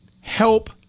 help